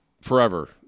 forever